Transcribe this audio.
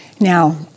Now